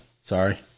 sorry